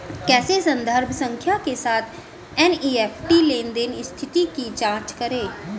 कैसे संदर्भ संख्या के साथ एन.ई.एफ.टी लेनदेन स्थिति की जांच करें?